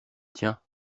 tiens